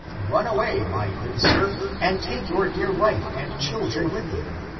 run away, my good sir, and take your dear wife and children with you.